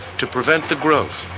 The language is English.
to prevent the growth,